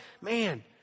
man